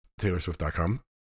Taylorswift.com